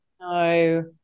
No